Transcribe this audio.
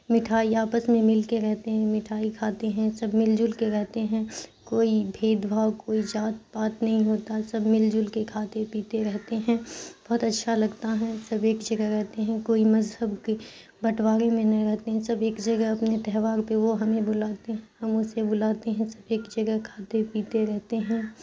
مٹھائی آپس میں مل کے رہتے ہیں مٹھائی کھاتے ہیں سب مل جل کے رہتے ہیں کوئی بھید بھاؤ کوئی جات پات نہیں ہوتا سب مل جل کے کھاتے پیتے رہتے ہیں بہت اچھا لگتا ہیں سب ایک جگہ رہتے ہیں کوئی مذہب کے بٹوالے میں نہیں رہتے ہیں سب ایک جگہ اپنے تہوار پہ وہ ہمیں بلاتے ہیں ہم اسے بلاتے ہیں سب ایک جگہ کھاتے پیتے رہتے ہیں